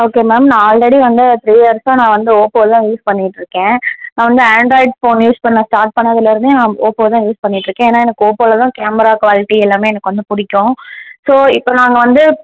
okay ma'am நான் already வந்து three இயர்ஸாக நான் வந்து ஓப்போ தான் யூஸ் பண்ணிட்டுருக்கேன் நான் வந்து ஆண்ட்ராய்ட் ஃபோன் யூஸ் பண்ண ஸ்டார்ட் பண்ணதில் இருந்தே நான் ஒப்போ தான் யூஸ் பண்ணிட்டுருக்கேன் ஏன்னா எனக்கு ஓப்போவில் தான் கேமரா குவாலிட்டி எல்லாம் எனக்கு வந்து பிடிக்கும் ஸோ இப்போ நாங்கள் வந்து